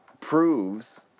proves